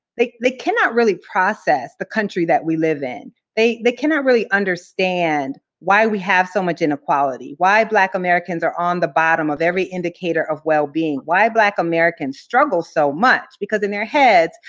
they they cannot really process the country that we live in. they they cannot really understand why we have so much inequality, why black americans are on the bottom of every indicator of well-being, why black americans struggle so much, because in their heads,